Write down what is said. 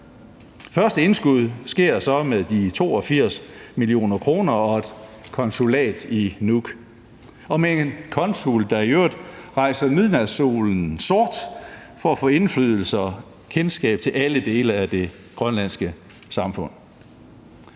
først sker indskuddet med de 82 mio. kr. og med et konsulat i Nuuk – og med en konsul, der i øvrigt rejser midnatssolen sort for at få indflydelse på og kendskab til alle dele af det grønlandske samfund.